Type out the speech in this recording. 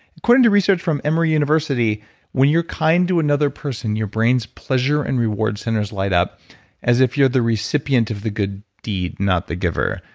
according to research from emery university when you're kind to another person, your brain's pleasure and reward centers light up as if you're the recipient of the good deed, not the giver.